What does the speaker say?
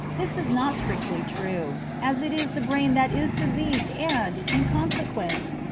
this is not strictly true, as it is the brain that is diseased and, in consequence,